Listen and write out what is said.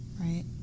right